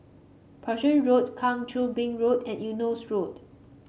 Berkshire Road Kang Choo Bin Road and Eunos Road